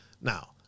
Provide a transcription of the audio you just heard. Now